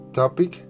topic